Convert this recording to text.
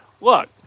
Look